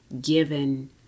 given